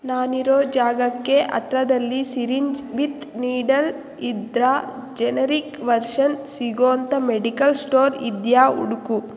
ನಾನಿರೋ ಜಾಗಕ್ಕೆ ಹತ್ತಿರದಲ್ಲಿ ಸಿರಿಂಜ್ ವಿಥ್ ನೀಡಲ್ ಇದ್ದರೆ ಜೆನೆರಿಕ್ ವರ್ಷನ್ ಸಿಗೋ ಅಂಥ ಮೆಡಿಕಲ್ ಸ್ಟೋರ್ ಇದೆಯಾ ಹುಡುಕು